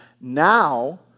now